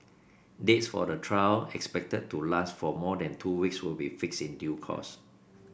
dates for the trial expected to last for more than two weeks will be fixed in due course